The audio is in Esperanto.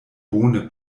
bone